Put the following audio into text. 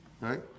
right